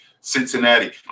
Cincinnati